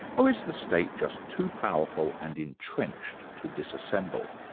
or is the state just too powerful and entrenched to disassemble?